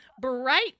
bright